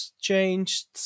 changed